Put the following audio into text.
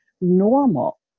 normal